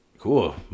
Cool